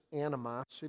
animosity